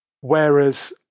whereas